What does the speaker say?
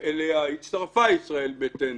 שאליה הצטרפה ישראל ביתנו,